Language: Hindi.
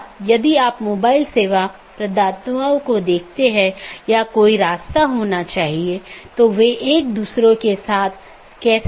जैसे मैं कहता हूं कि मुझे वीडियो स्ट्रीमिंग का ट्रैफ़िक मिलता है या किसी विशेष प्रकार का ट्रैफ़िक मिलता है तो इसे किसी विशेष पथ के माध्यम से कॉन्फ़िगर या चैनल किया जाना चाहिए